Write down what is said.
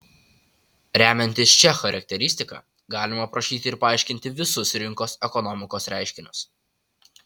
remiantis šia charakteristika galima aprašyti ir paaiškinti visus rinkos ekonomikos reiškinius